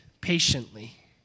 patiently